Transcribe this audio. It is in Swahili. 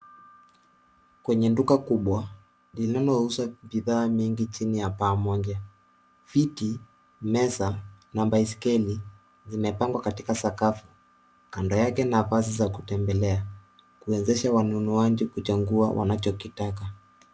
Kwenye duka kubwa lililouza bidhaa mingi chini ya paa moja. Viti, meza na baiskeli zimepangwa katika sakafu, kando yake nafasi za kutembelea kuwezesha wanunuaji kuchagua wanachokitaka.